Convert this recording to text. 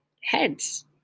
heads